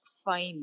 Fine